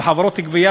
וחברות גבייה,